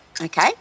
Okay